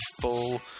full